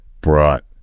brought